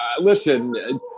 listen